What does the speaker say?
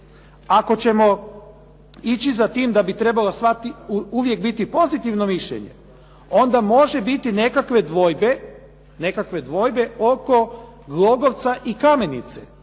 Ako ćemo ići za time da bi trebalo uvijek biti pozitivno mišljenje onda može biti nekakve dvojbe oko Glogovca i Kamenice